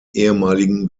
ehemaligen